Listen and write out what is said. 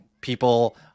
people